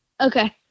Okay